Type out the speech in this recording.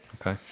Okay